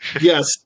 Yes